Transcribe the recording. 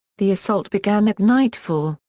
the assault began at nightfall,